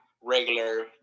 regular